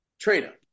Trainer